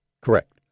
Correct